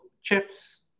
chips